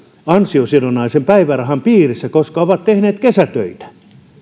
ansiosidonnaisen päivärahan piirissä koska ovat tehneet kesätöitä